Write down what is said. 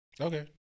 Okay